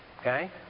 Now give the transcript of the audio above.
okay